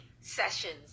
sessions